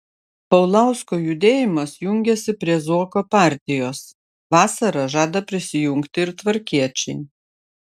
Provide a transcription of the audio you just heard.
paulausko judėjimas jungiasi prie zuoko partijos vasarą žada prisijungti ir tvarkiečiai